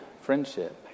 friendship